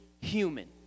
human